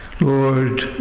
Lord